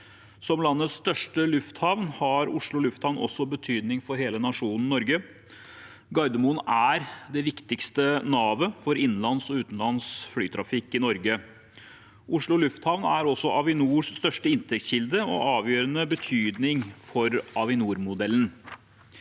Som landets største lufthavn har Oslo lufthavn også betydning for hele nasjonen Norge. Gardermoen er det viktigste navet for innenlands og utenlands flytrafikk i Norge. Oslo lufthavn er også Avinors største inntektskilde og er av avgjørende betydning for Avinor-modellen.